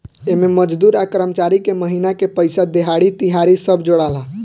एमे मजदूर आ कर्मचारी के महिना के पइसा, देहाड़ी, तिहारी सब जोड़ाला